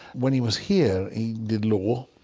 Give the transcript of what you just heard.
when he was here he did law,